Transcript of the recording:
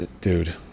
dude